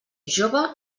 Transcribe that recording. jove